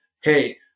hey